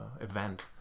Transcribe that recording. event